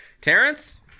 Terrence